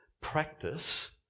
practice